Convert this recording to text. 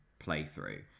playthrough